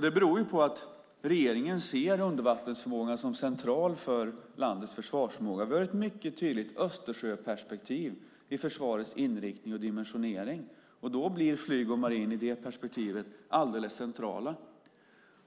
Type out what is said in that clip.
Det beror på att regeringen ser undervattensförmågan som central för landets försvarsförmåga. Vi har ett mycket tydligt Östersjöperspektiv i försvarets inriktning och dimensionering. I detta perspektiv blir flyg och marin alldeles centrala,